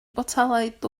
botelaid